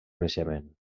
creixement